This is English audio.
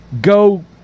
go